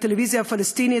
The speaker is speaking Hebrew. בטלוויזיה הפלסטינית,